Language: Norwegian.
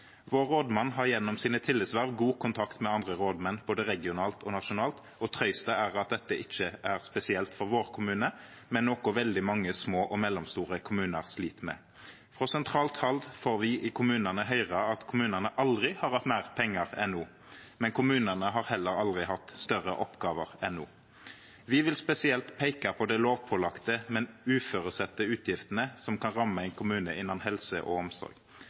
Vår rådmann har gjennom sine tillitsverv god kontakt med andre rådmenn både regionalt og nasjonalt og «trøysta» er at dette ikkje er spesielt for vår kommune, men noko veldig mange små og mellomstore kommunar slit med. Frå sentralt hald får vi i kommunane høyra at kommunane aldri har hatt meir pengar enn no. Men kommunane har heller aldri hatt større oppgåver enn no. Vi vil spesielt peika på dei lovpålagde, men uføresette utgiftene som kan ramme ein kommune innan helse og omsorg.